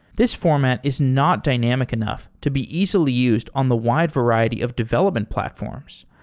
this format is not dynamic enough to be easily used on the wide variety of development platforms,